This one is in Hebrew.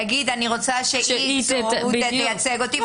להגיד: אני רוצה שהיא תייצג אותי,